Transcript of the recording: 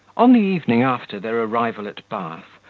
on the evening after their arrival at bath,